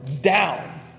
down